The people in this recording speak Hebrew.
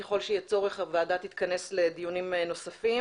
ככל שיהיה צורך הוועדה תתכנס לדיונים נוספים